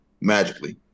magically